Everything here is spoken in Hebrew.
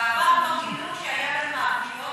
בעבר כבר גילו, מאפיות,